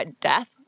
death